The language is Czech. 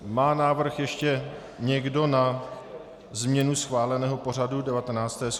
Má návrh ještě někdo na změnu schváleného pořadu 19. schůze?